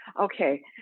Okay